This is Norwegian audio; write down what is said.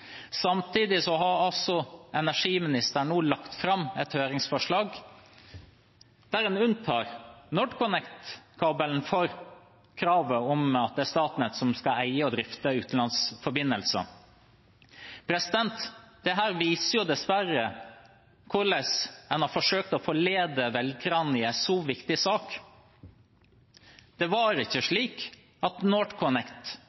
har altså energiministeren nå lagt fram et høringsforslag der en unntar NorthConnect-kabelen for kravet om at det er Statnett som skal eie og drifte utenlandsforbindelser. Dette viser dessverre hvordan en har forsøkt å forlede velgerne i en så viktig sak. Det var ikke